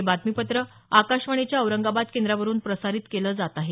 हे बातमीपत्र आकाशवाणीच्या औरंगाबाद केंद्रावरून प्रसारित केलं जात आहे